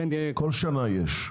כל שנה יש.